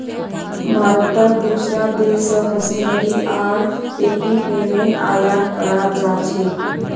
भारतत दूसरा देश स मशीनरी आर इक्विपमेंट आयात कराल जा छेक